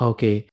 Okay